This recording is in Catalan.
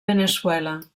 veneçuela